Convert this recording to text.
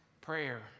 prayer